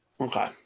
okay